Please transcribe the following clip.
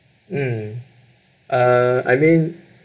mm uh I mean